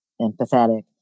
empathetic